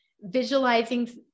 visualizing